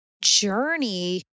journey